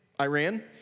Iran